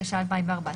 התשע"ה-2014,